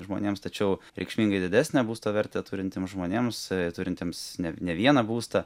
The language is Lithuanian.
žmonėms tačiau reikšmingai didesnę būsto vertę turintiems žmonėms turintiems ne ne vieną būstą